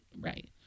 Right